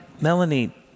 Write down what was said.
Melanie